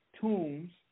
tombs